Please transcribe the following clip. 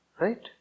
Right